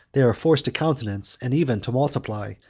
they are forced to countenance, and even to multiply,